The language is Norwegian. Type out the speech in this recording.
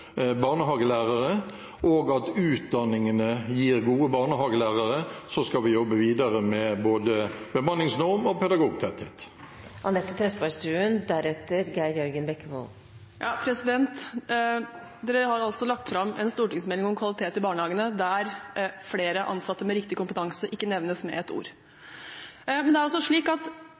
barnehagelærere, og at utdanningene gir gode barnehagelærere, og så skal vi jobbe videre med både bemanningsnorm og pedagogtetthet. De har altså lagt fram en stortingsmelding om kvalitet i barnehagene, der flere ansatte med riktig kompetanse ikke nevnes med et ord. Men det også slik at